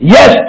Yes